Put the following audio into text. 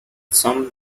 some